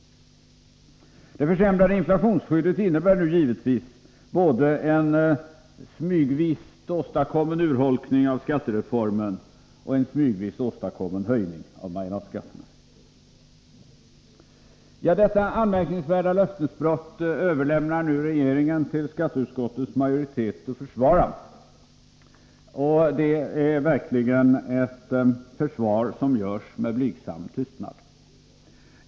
Det försämrade inflationsskyddet innebär givetvis både en smygvis åstadkommen urholkning av skattereformen och en smygvis åstadkommen höjning av marginalskatterna. Detta anmärkningsvärda löftesbrott överlämnade regeringen till skatteutskottets majoritet att försvara, och det är verkligen ett försvar som görs med blygsam tystnad.